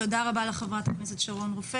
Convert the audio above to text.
תודה רבה לחברת הכנסת שרון רופא.